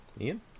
Ian